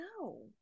No